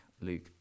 Luke